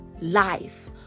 life